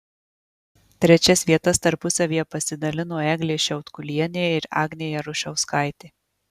trečias vietas tarpusavyje pasidalino eglė šiaudkulienė ir agnė jarušauskaitė